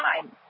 time